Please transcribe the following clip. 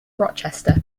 rochester